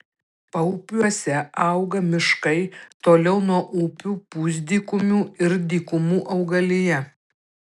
paupiuose auga miškai toliau nuo upių pusdykumių ir dykumų augalija